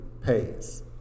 pays